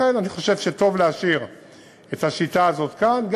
לכן, אני חושב שטוב להשאיר את השיטה הזאת כאן.